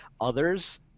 Others